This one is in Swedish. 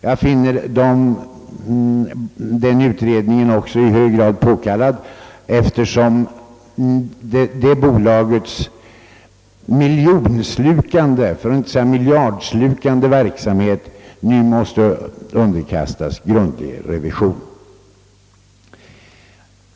Jag finner den utredningen i hög grad påkallad, eftersom detta bolags miljonslukande — för att inte säga miljardslukande — verksamhet nu måste underkastas grundlig revision.